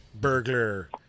burglar